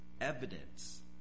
evidence